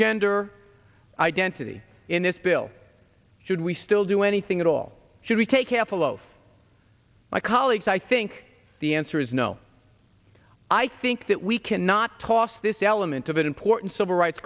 gender identity in this bill should we still do anything at all should we take half a loaf my colleagues i think the answer is no i think that we cannot toss this element of an important civil rights